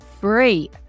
free